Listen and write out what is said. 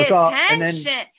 attention